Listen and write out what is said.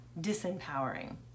disempowering